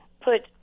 put